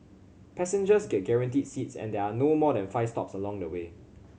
passengers get guaranteed seats and there are no more than five stops along the way